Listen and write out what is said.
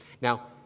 Now